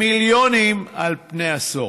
מיליונים על פני עשור.